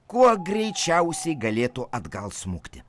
kuo greičiausiai galėtų atgal smukti